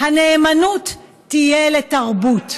הנאמנות תהיה לתרבות,